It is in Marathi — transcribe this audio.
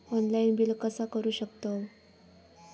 ऑनलाइन बिल कसा करु शकतव?